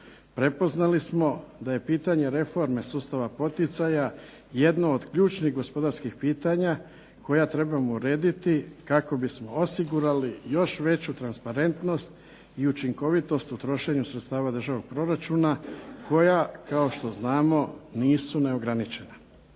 Prepoznali smo da je pitanje reforme sustava poticaja jedno od ključnih gospodarskih pitanja koja trebamo urediti kako bismo osigurali još veću transparentnost i učinkovitost u trošenju sredstava državnog proračuna koja kao što znamo nisu neograničena.